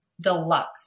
deluxe